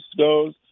goes